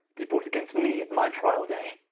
be brought against me at my tryall day.